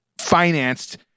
financed